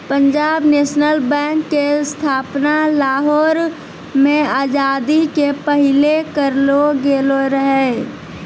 Punjab National Bank के स्थापना लाहौर मे आजादी के पहिले करलो गेलो रहै